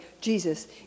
Jesus